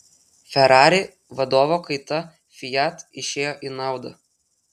ferrari vadovo kaita fiat išėjo į naudą